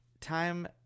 Time